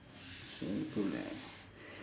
swimming pool eh